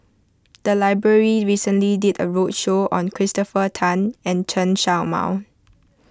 the library recently did a roadshow on Christopher Tan and Chen Show Mao